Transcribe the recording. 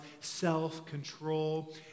self-control